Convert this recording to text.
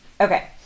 okay